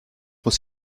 muss